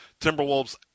Timberwolves